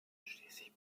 schließlich